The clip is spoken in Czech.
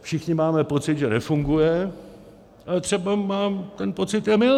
Všichni máme pocit, že nefunguje, ale třeba mám ten pocit, je mylný.